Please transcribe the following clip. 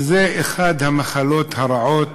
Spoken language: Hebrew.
וזאת אחת המחלות הרעות